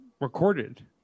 recorded